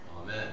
Amen